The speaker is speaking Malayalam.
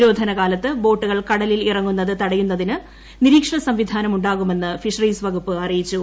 നിരോധനകാലത്ത് ബോട്ടുകൾ കടലിൽ ഇറങ്ങുന്നത് തടയുന്നതിനും നിരീക്ഷണസംവിധാനം ഉണ്ടാകുമെന്നും ഫിഷറീസ് വകുപ്പ് അറിയിച്ചു